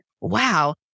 wow